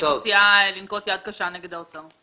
אני מציעה לנקוט יד קשה נגד האוצר.